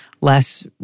less